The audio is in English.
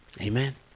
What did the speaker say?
Amen